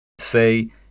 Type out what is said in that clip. say